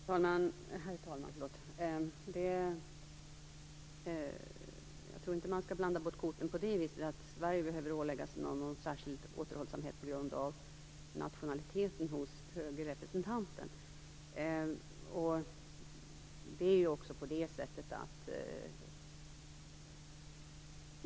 Herr talman! Jag tror inte att man skall blanda bort korten på det viset, att Sverige behöver åläggas någon särskild återhållsamhet på grund av nationaliteten hos höge representanten.